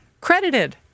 credited